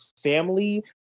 family